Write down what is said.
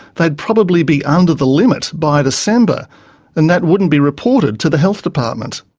they'd probably be under the limit by december and that wouldn't be reported to the health department.